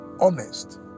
honest